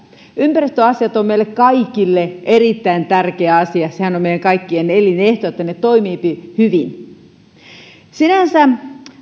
ympäristöasiat ovat meille kaikille erittäin tärkeä asia sehän on meidän kaikkien elinehto että ne toimivat hyvin